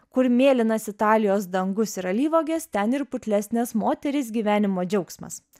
kur mėlynas italijos dangus ir alyvuogės ten ir putlesnės moterys gyvenimo džiaugsmas